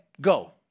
go